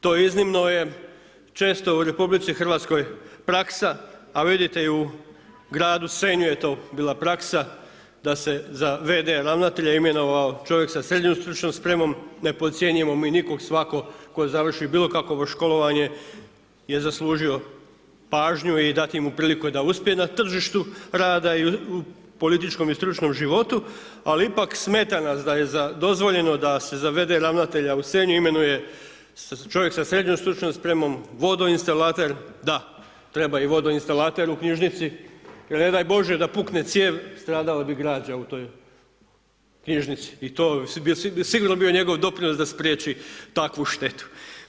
To iznimno je često u RH praksa a visite u gradu Senju je to bila praksa da se za v.d. ravnatelja je imenovao čovjek s srednjom stručnom spremom, ne podcjenjujemo mi nikog, svako tko završi bilokakvo školovanje je zaslužio pažnju i dati mu priliku da uspije na tržištu rada i u političkom i stručnom životu, ali ipak smeta nas da je dozvoljeno da se za v.d. ravnatelja u Senj imenuje čovjek sa srednjom stručnom spremom, vodoinstalater, da, treba i vodoinstalater u knjižnici jer ne daj bože da pukne cijev, stradala bi građa u toj knjižnici i to bi sigurno bio njegov doprinos da spriječi takvu štetu.